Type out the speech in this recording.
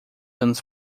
anos